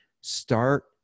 start